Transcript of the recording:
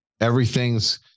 Everything's